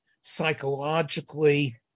psychologically